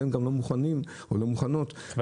והן גם לא מוכנות להגיע.